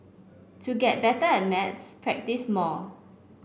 to get better at maths practise more